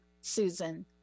Susan